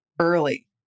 early